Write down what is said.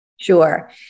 Sure